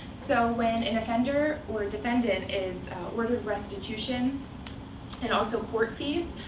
so when an offender or defendant is ordered restitution and also court fees,